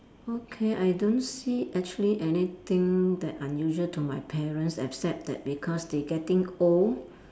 okay I don't see actually anything that unusual to my parents except that because they getting old